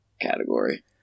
...category